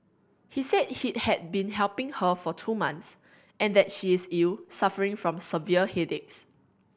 he said he had been helping her for two months and that she is ill suffering from severe headaches